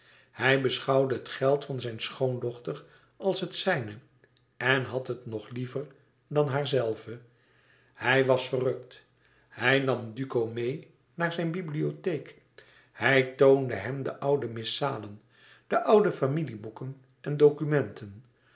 hij beschouwde het geld van zijne schoondochter als het zijne en had het nog liever dan haarzelve hij was verrukt hij nam duco meê naar zijn bibliotheek hij toonde hem de oude missalen de oude familieboeken en documenten